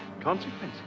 Consequences